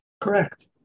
Correct